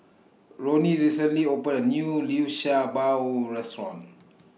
Roni recently opened A New Liu Sha Bao Restaurant